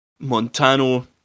Montano